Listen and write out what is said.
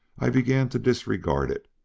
i began to disregard it,